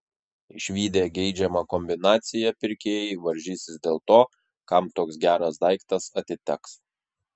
išvydę geidžiamą kombinaciją pirkėjai varžysis dėl to kam toks geras daiktas atiteks